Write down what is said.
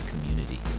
community